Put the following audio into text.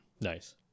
nice